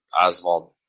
Oswald